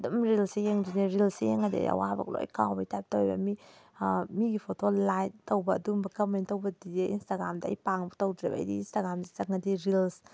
ꯑꯗꯨꯝ ꯔꯤꯜꯁꯁꯤ ꯌꯦꯡꯕꯁꯤꯅ ꯔꯤꯜꯁꯁꯤ ꯌꯦꯡꯉꯗꯤ ꯑꯩ ꯑꯋꯥꯕꯒ ꯂꯣꯏ ꯀꯥꯎꯕꯩ ꯇꯥꯏꯞ ꯇꯧꯋꯦꯕ ꯃꯤꯒꯤ ꯐꯣꯇꯣ ꯂꯥꯏꯛ ꯇꯧꯕ ꯑꯗꯨꯒꯨꯝꯕ ꯀꯝꯃꯦꯟ ꯇꯧꯕꯗꯨꯗꯤ ꯏꯟꯁꯇꯥꯒ꯭ꯔꯥꯝꯗ ꯑꯩ ꯄꯥꯛꯅꯕꯨ ꯇꯧꯗ꯭ꯔꯦꯕ ꯑꯩꯗꯤ ꯏꯟꯁꯇꯥꯒ꯭ꯔꯥꯝꯗ ꯆꯪꯉꯗꯤ ꯔꯤꯜꯁ